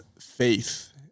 faith